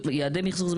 יעדי מחזור,